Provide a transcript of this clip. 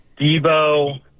Debo